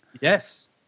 Yes